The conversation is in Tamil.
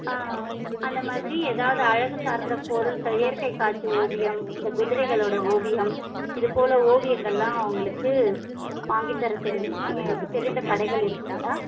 ஆ அந்தமாதிரி ஏதாவது அழகு சார்ந்த பொருட்கள் இயற்கை காட்சி ஓவியம் இந்த குதிரைகளோடய ஓவியம் இதுபோல் ஓவியங்களெலாம் உங்களுக்கு வாங்கித்தரத்துக்கு தெரிந்த கடைகள் இருக்கிறதா